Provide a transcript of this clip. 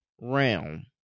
realm